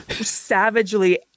savagely